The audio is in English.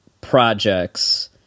projects